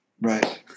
Right